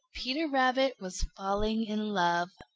peter rabbit was falling in love.